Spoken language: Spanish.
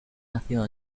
nació